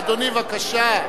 אה, אדוני, בבקשה.